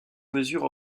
mesure